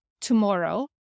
tomorrow